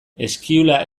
eskiula